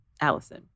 Allison